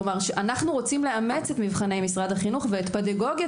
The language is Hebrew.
אנו רוצים לאמץ את מבחני משרד החינוך ואת פדגוגית